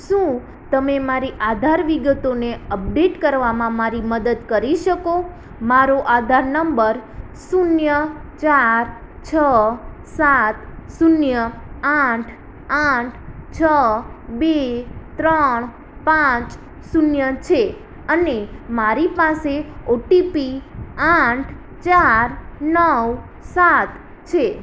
શું તમે મારી આધાર વિગતોને અપડેટ કરવામાં મારી મદદ કરી શકો મારો આધાર નંબર શૂન્ય ચાર છ સાત શૂન્ય આઠ આઠ છ બે ત્રણ પાંચ શૂન્ય છે અને મારી પાસે ઓટીપી આઠ ચાર નવ સાત છે